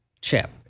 chip